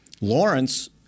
Lawrence